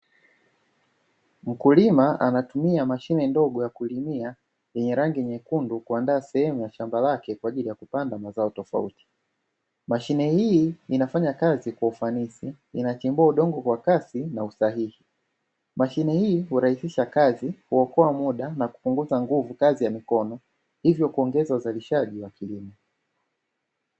Mkulima anatumia mashine ndogo ya kulimia yenye rangi nyekundu kuandaa sehemu ya shamba lake kwa ajili ya kupanda mazao tofauti, mashine hii inafanya kazi kwa ufanisi inachimbuwa udongo kwa kasi na usahihi, mashine hii hurahisisha kazi, huokoa muda na kupunguza nguvu kazi ya mikono hivyo kuongeza uzalishaji wa kilimo.